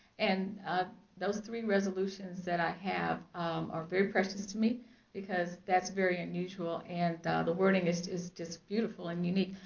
and ah those three resolutions that i have are very precious to me because that's very unusual. and the wording is is beautiful and unique.